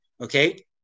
okay